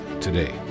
today